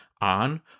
on